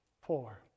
four